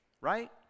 right